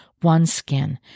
OneSkin